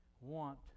want